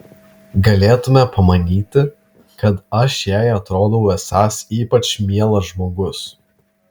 galėtumei pamanyti kad aš jai atrodau esąs ypač mielas žmogus